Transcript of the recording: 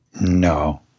No